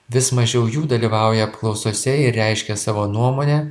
vis mažiau jų dalyvauja apklausose ir reiškia savo nuomonę